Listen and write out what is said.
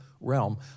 realm